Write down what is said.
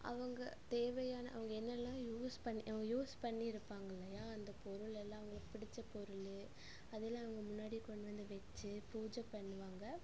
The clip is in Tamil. அவங்க தேவையான அவங்க என்னெல்லாம் யூஸ் பண் யூஸ் பண்ணிருப்பாங்கல்லையா அந்த பொருளெல்லாம் அவங்களுக்கு பிடிச்ச பொருள் அதெல்லாம் அவங்க முன்னாடி கொண்டு வந்து வச்சு பூஜை பண்ணுவாங்க